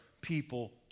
people